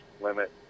limit